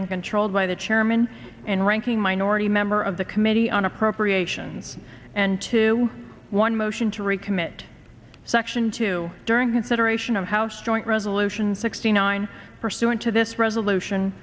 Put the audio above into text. and controlled by the chairman and ranking minority member of the committee on appropriations and two one motion to recommit section two during federation of house joint resolution sixty nine pursuant to this resolution